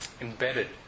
embedded